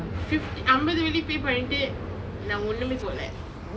fifty அம்பது வெள்ளி:ambathu velli pay பண்ணிட்டு நான் ஒன்னுமே போலே:pannittu naan onnumei pole